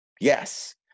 yes